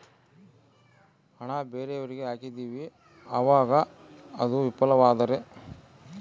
ಹಣ ಬೇರೆಯವರಿಗೆ ಹಾಕಿದಿವಿ ಅವಾಗ ಅದು ವಿಫಲವಾದರೆ?